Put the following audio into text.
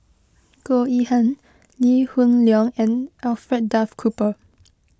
Goh Yihan Lee Hoon Leong and Alfred Duff Cooper